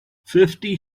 fifty